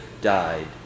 died